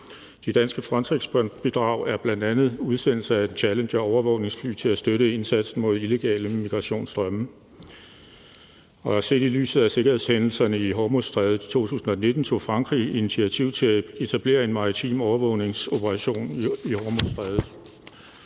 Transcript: De danske Frontexbidrag er bl.a. udsendelse af »Challenger«-overvågningsfly til at støtte indsatsen mod illegale migrationsstrømme. Set i lyset af sikkerhedshændelserne i Hormuzstrædet i 2019 tog Frankrig initiativ til at etablere en maritim overvågningsoperation i Hormuzstrædet.